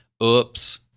Oops